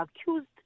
accused